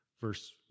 verse